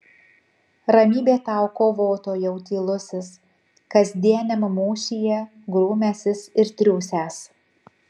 ramybė tau kovotojau tylusis kasdieniam mūšyje grūmęsis ir triūsęs